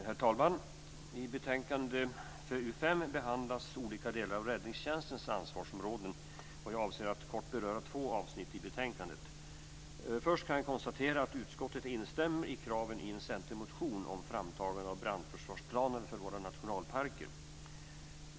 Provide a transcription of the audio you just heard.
Herr talman! I betänkande FöU5 behandlas olika delar av räddningstjänstens ansvarsområde. Jag avser att kort beröra två avsnitt i betänkandet. För det första kan jag konstatera att utskottet instämmer i kraven i en centermotion om framtagande av brandförsvarsplaner för våra nationalparker.